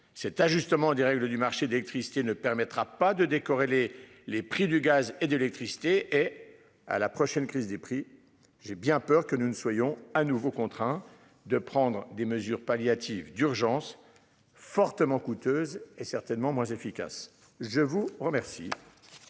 cet ajustement des règles du marché de l'électricité ne permettra pas de décorer les les prix du gaz et d'électricité et à la prochaine crise des prix. J'ai bien peur que nous ne soyons à nouveau contraint de prendre des mesures palliatives d'urgence. Fortement coûteuse et certainement moins efficaces. Je vous remercie.